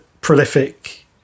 prolific